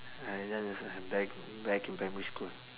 I just uh back back in primary school